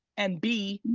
and b,